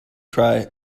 try